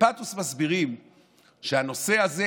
ובפתוס מסבירים שהנושא הזה,